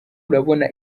urabona